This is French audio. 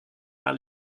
par